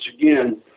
again